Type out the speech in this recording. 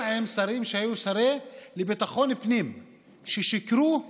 גם עם שרים שהיו שרים לביטחון פנים ששיקרו לאזרחים,